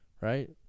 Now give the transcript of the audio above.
right